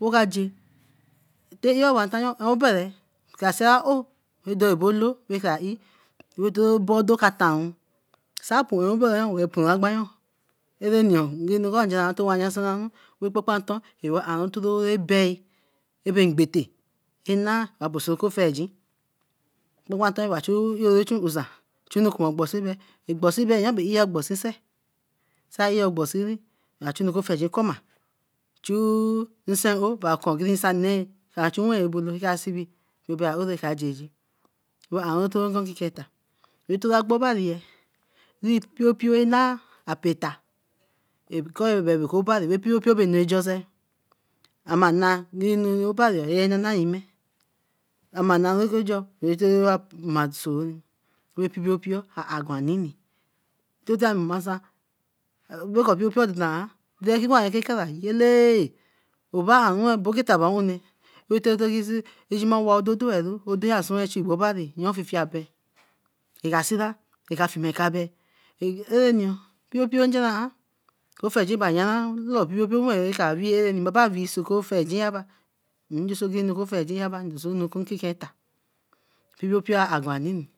wokaje, teh iyo owa ntayo obere ka sira oo eh do bolo ra kra iye edobodo ka tanru sappon apon agba yoon ereni yoo nu anukwo gearan towa nasaran. Ekpapanton oka aru ntito ra bea ra bey mbate kina eka bey so oku afiegin kpa kpan nton bae chuey eroro chun usan chu anu kuma ogbosin ogbosin bae ogbosin sey sai eya ogbosinri ba churi ekan ofiegin koma chu nsan oou bae ke anu nee kra chu wen abolo raka sibi, mpio aroo akajeje we aru torun kiken eta etora gbobanye with piopiorana apeta abekor kor obari we piopio bey ne joer sey amana nini ra yime amanarakejor wey pepiopio ah aguan nini ami nasan bekor bay piodo nah ki kara yellae oba aru eba ki taba nne ododo enu odoyo sewn chu obari refiefie aben eka sira eka fimekabe arenu piompiom geran oku ofegin ba yaran lor piompiom ra kra wee areni ka wee so ekan feigin ra ba enu ra kiken eta piopiopipom ah an guan nini